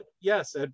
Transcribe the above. Yes